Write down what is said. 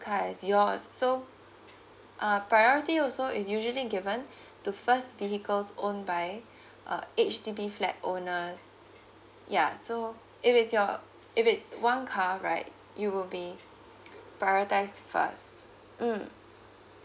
car is yours so uh priority also is usually given to first vehicle owned by uh H_D_B flat owners ya so if it's your if it's one car right you will be prioritise first mm